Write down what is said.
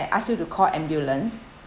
asked you to call ambulance